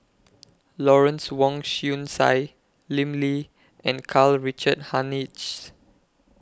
Lawrence Wong Shyun Tsai Lim Lee and Karl Richard Hanitsch